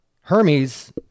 Hermes